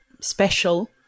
special